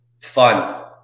Fun